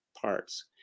parts